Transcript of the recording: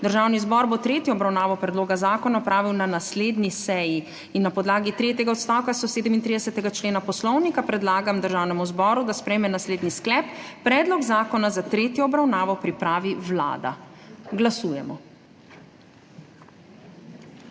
Državni zbor bo **tretjo obravnavo** predloga zakona opravil na naslednji seji. Na podlagi tretjega odstavka 137. člena Poslovnika predlagam Državnemu zboru, da sprejme naslednji sklep: Predlog zakona za tretjo obravnavo pripravi Vlada. Glasujemo.